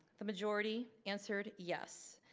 the majority answered yes.